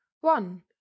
One